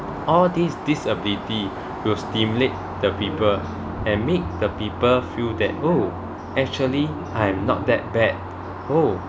all these disability will stimulate the people and make the people feel that oh actually I am not that bad oh